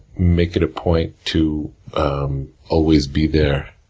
make it a point to always be there,